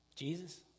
Jesus